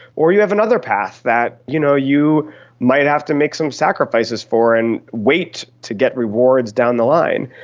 or you have another path that you know you might have to make some sacrifices for and wait to get rewards down the line.